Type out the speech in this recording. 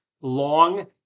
long